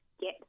get